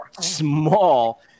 small